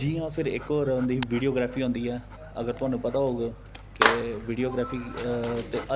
जि'यां फिर इक्क होर होंदी ऐ वीडियोग्राफी होंदी ऐ ते अगर तुसेंगी पता होग वीडियोग्राफी